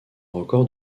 record